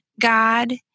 God